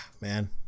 man